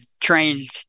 trained